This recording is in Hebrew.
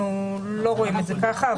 אנחנו לא רואים את זה ככה.